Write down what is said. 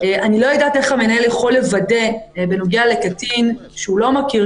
אני לא יודעת איך המנהל יכול לוודא בנוגע לקטין שהוא לא מכיר,